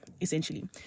essentially